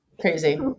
crazy